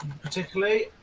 particularly